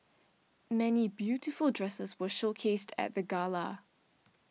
many beautiful dresses were showcased at the gala